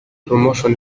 promotion